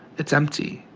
it's empty.